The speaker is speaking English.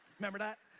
member that?